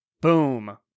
Boom